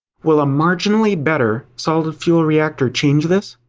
will a marginally better solid fuel reactor change this?